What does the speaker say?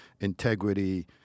integrity